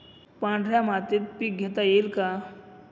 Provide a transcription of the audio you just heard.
पांढऱ्या मातीत पीक घेता येईल का?